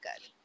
good